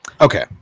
Okay